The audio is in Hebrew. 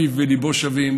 פיו וליבו שווים,